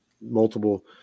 multiple